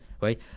right